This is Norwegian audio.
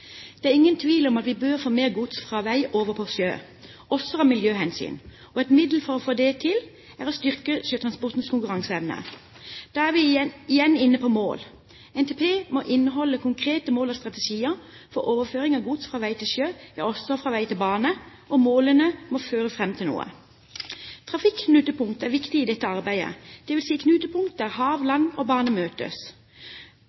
Det er ingen tvil om at vi bør få mer gods over fra vei til sjø, også av miljøhensyn. Et middel for å få det til er å styrke sjøtransportens konkurranseevne. Da er vi igjen inne på mål. Nasjonal transportplan må inneholde konkrete mål og strategier for overføring av gods fra vei til sjø, ja også fra vei til bane, og målene må føre fram til noe. Trafikknutepunkt er viktig i dette arbeidet, dvs. knutepunkt der hav,